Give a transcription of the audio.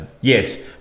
Yes